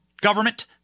government